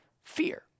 fear